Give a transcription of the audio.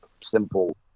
simple